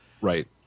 Right